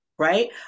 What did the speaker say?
Right